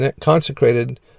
consecrated